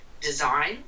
design